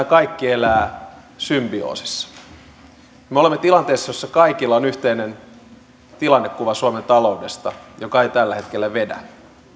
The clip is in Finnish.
kaikki elävät symbioosissa me olemme tilanteessa jossa kaikilla on yhteinen tilannekuva suomen taloudesta joka ei tällä hetkellä vedä